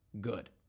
good